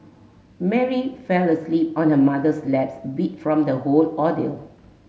Mary fell asleep on her mother's lap beat from the whole ordeal